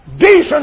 Decent